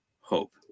hope